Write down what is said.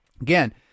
Again